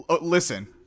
listen